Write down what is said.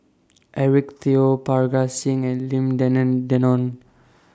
Eric Teo Parga Singh and Lim Denan Denon